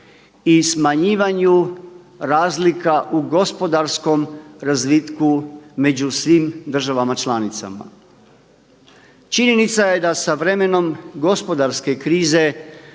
i smanjivanju razlika u gospodarskom razvitku među svim državama članicama. Činjenica je da sa vremenom gospodarske krize